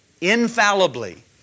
infallibly